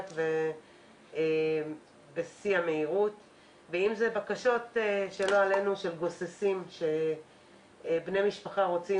ואם אלה בקשות של לא עלינו של גוססים שבני המשפחה רוצים